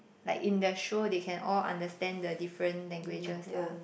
like in the show they can all understand the different languages lah